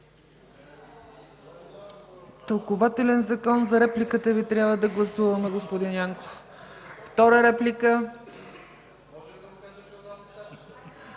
Тълкувателен закон за репликата Ви, трябва да гласуваме, господин Янков.